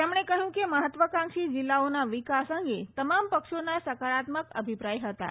તેમણે કહ્યું કે મહત્વકાંક્ષી જિલ્લાઓના વિકાસ અંગે તમામ પક્ષોના સકારાત્મક અભિપ્રાય હતાં